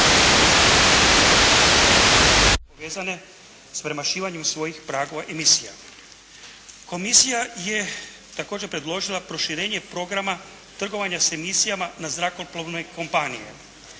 povezane s premašivanjem svojih pragova emisija. Komisija je također predložila proširenje programa trgovanja s emisijama na zrakoplovne kompanije.